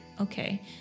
Okay